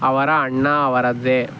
ಅವರ ಅಣ್ಣ ಅವರದ್ದೇ